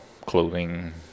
clothing